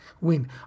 win